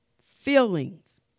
feelings